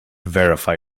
verify